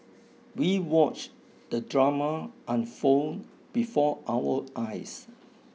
we watched the drama unfold before our eyes